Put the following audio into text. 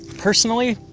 personally,